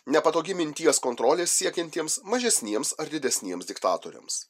nepatogi minties kontrolės siekiantiems mažesniems ar didesniems diktatoriams